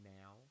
now